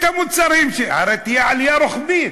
הרי תהיה עלייה רוחבית,